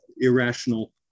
irrational